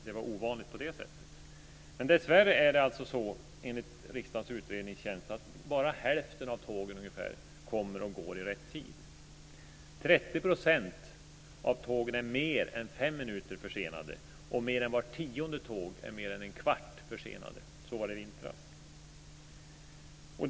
Det var på så sätt ovanligt. Enligt riksdagens utredningstjänst är det dessvärre bara hälften av tågen som kommer och går i rätt tid. 30 % av tågen är mer än fem minuter försenade, och mer än vart tionde tåg är mer än en kvart försena. Så var det i vintras.